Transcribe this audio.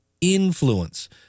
influence